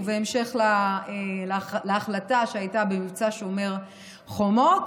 ובהמשך להחלטה שהייתה במבצע שומר חומות,